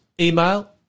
email